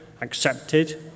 accepted